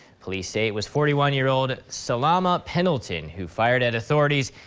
police say it was forty one year old salamah pendleton who fired at authorities.